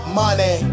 money